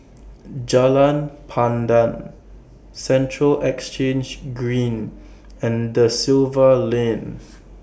Jalan Pandan Central Exchange Green and DA Silva Lane